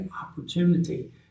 opportunity